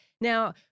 Now